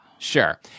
Sure